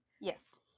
Yes